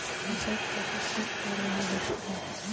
फसल चक्र से का लाभ होखेला?